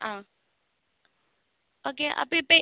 ആ ഓക്കെ അപ്പോൾ ഇപ്പം